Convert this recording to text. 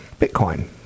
Bitcoin